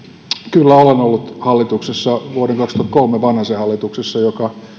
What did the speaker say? kyllä olen ollut hallituksessa vuoden kaksituhattakolme vanhasen hallituksessa joka